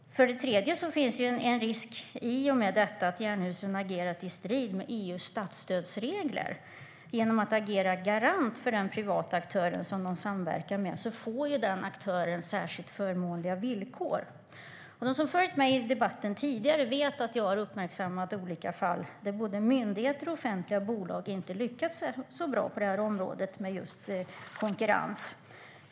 Dessutom finns det en risk i och med detta att Jernhusen har agerat i strid med EU:s statsstödsregler. Genom att agera garant för den privata aktör som de samverkar med får den aktören särskilt förmånliga villkor. De som har följt mig i debatten tidigare vet att jag har uppmärksammat olika fall där både myndigheter och offentliga bolag inte har lyckats så bra på detta område med just konkurrens.